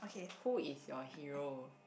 who is your hero